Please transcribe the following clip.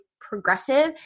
progressive